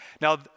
Now